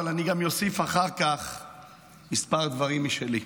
אבל אני גם אוסיף אחר כך כמה דברים משלי.